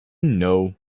know